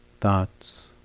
thoughts